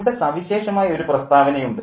ഇവിടെ സവിശേഷമായ ഒരു പ്രസ്താവനയുണ്ട്